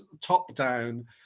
top-down